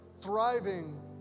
thriving